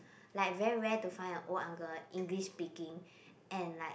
like very rare to find a old uncle English speaking and like